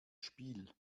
spiel